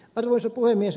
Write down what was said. arvoisa puhemies